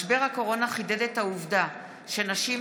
כסיף בנושא: משבר הקורונה חידד את העובדה שנשים,